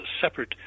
separate